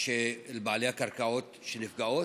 של בעלי הקרקעות שנפגעים,